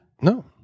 No